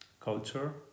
culture